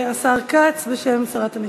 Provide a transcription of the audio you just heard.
16 קולות בעד,